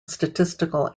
statistical